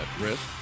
risk